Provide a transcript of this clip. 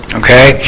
okay